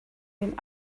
den